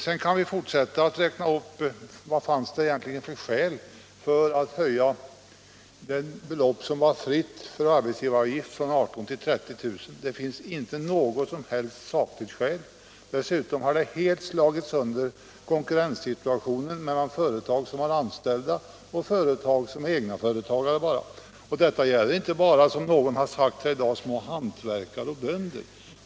Sedan kan jag fortsätta med att fråga vad det egentligen fanns för motiv för att höja det belopp som var fritt från arbetsgivaravgift från 18 000 till 30 000 kr. Det finns inte något som helst sakligt skäl för en sådan åtgärd, och den har f. ö. helt slagit sönder konkurrenssituationen mellan företag som har anställda och egenföretagare. Då avses inte bara, som någon har sagt här i dag, små hantverkare och bönder.